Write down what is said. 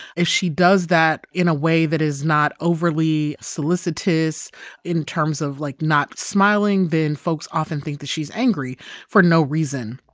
if she does that in a way that is not overly solicitous in terms of, like, not smiling, then folks often think that she's angry for no reason.